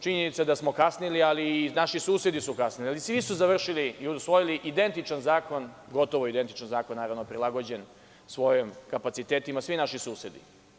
Činjenica je da smo kasnili, ali i naši susedi su kasnili, ali svi su završili i usvojili identičan zakon, gotovo identičan zakon, naravno, prilagođen svojim kapacitetima, svi naši susedi.